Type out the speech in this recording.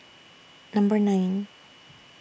Number nine